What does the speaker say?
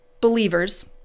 believers